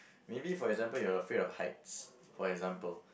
maybe for example you're afraid of heights for example